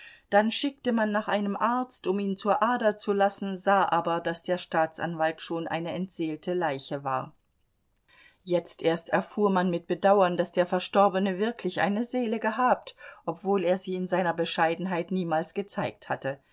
dann schickte man nach einem arzt um ihn zur ader zu lassen sah aber daß der staatsanwalt schon eine entseelte leiche war jetzt erst erfuhr man mit bedauern daß der verstorbene wirklich eine seele gehabt obwohl er sie in seiner bescheidenheit niemals gezeigt hatte